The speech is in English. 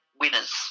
winners